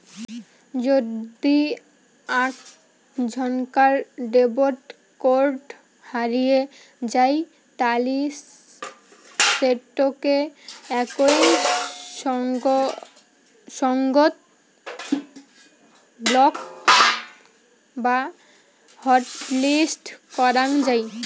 যদি আক ঝন্কার ডেবট কার্ড হারিয়ে যাই তালি সেটোকে একই সঙ্গত ব্লক বা হটলিস্ট করাং যাই